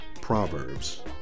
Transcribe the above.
Proverbs